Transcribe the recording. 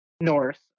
north